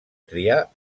triar